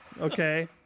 Okay